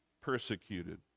persecuted